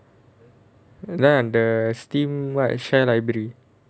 ya the Steam [what] share library